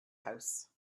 house